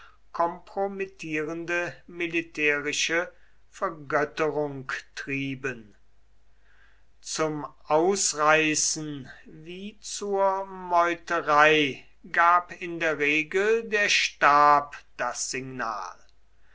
kompromittierende militärische vergötterung trieben zum ausreißen wie zur meuterei gab in der regel der stab das signal